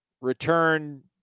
return